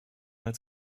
als